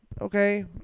okay